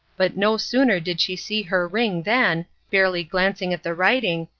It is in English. but no sooner did she see her ring than, barely glancing at the writing,